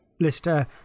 Lister